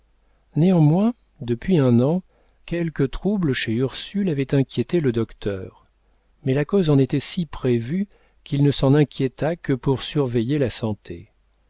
néanmoins depuis un an quelques troubles chez ursule avaient inquiété le docteur mais la cause en était si prévue qu'il ne s'en inquiéta que pour surveiller la santé